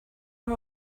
her